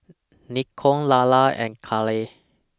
Nikko Lalla and Kale